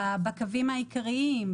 בקווים העיקריים,